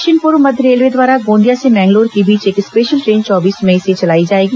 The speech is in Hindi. दक्षिण पूर्व मध्य रेलवे द्वारा गोंदिया से मैंगलोर के बीच एक स्पेशल ट्रेन चौबीस मई से चलाई जाएगी